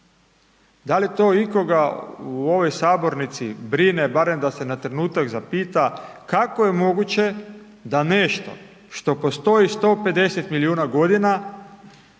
Da li to ikoga u ovoj sabornici brine barem da se na trenutak zapita kako je moguće da nešto što postoji 150 milijuna godina